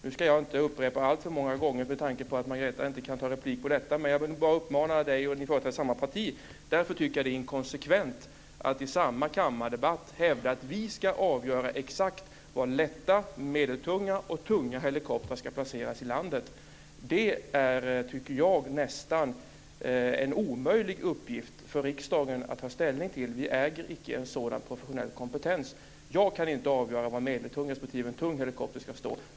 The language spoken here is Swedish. Jag ska inte upprepa detta alltför många gånger, med tanke på att Margareta inte kan begära replik. Men jag vill rikta denna uppmaning till Erling Wälivaara eftersom ni företräder samma parti. Jag tycker därför att det är inkonsekvent att i samma kammardebatt hävda att vi ska avgöra exakt var lätta, medeltunga och tunga helikoptrar ska placeras i landet. Det tycker jag nästan är en omöjlig uppgift för riksdagen att ta ställning till. Riksdagen äger icke en sådan professionell kompetens. Jag kan inte avgöra var en medeltung respektive en tung helikopter ska stå.